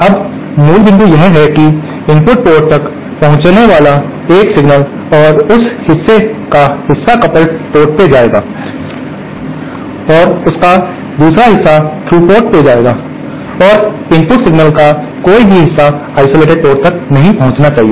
अब मूल बिंदु यह है कि इनपुट पोर्ट तक पहुंचने वाला एक सिग्नल और उस हिस्से का हिस्सा कपल्ड पोर्ट तक जाएगा और उसका एक हिस्सा थ्रू पोर्ट में जाएगा और इनपुट सिग्नल का कोई भी हिस्सा आइसोलेटेड पोर्ट तक नहीं पहुंचना चाहिए